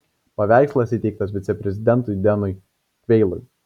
paveikslas įteiktas viceprezidentui denui kveilui